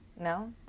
No